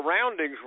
surroundings